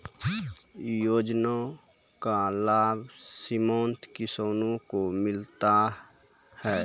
योजना का लाभ सीमांत किसानों को मिलता हैं?